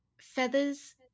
Feathers